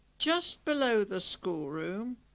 just below the school-room,